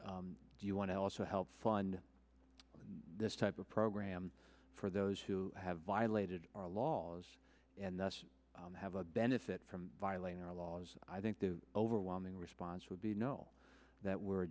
do you want to also help fund this type of program for those who have violated our laws and have a benefit from violating our laws i think the overwhelming response would be know that we're a